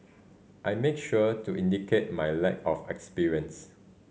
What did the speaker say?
I make sure to indicate my lack of experience